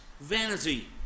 vanity